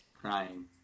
Crying